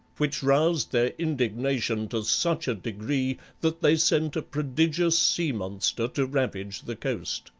which roused their indignation to such a degree that they sent a prodigious sea-monster to ravage the coast.